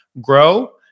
grow